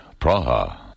Praha